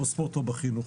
בספורט ובחינוך.